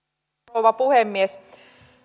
rouva puhemies